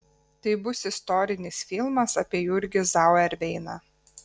tai bus istorinis filmas apie jurgį zauerveiną